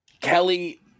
Kelly